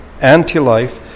anti-life